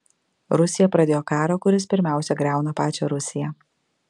rusija pradėjo karą kuris pirmiausia griauna pačią rusiją